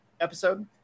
episode